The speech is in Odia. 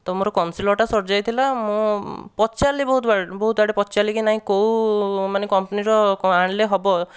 ତ ମୋର କନସିଲର୍ଟା ସରିଯାଇଥିଲା ମୁଁ ପଚାରିଲି ବହୁତ ଆଡ଼େ ପଚାରିଲି କି ନାହିଁ କେଉଁ ମାନେ କମ୍ପାନୀର ଆଣିଲେ ହେବ